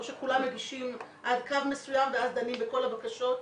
או שכולם מגישים עד קו מסוים ואז דנים בכל הבקשות?